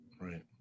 Right